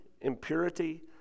impurity